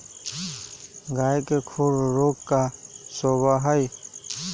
गाय के खुर रोग का होबा हई?